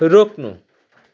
रोक्नु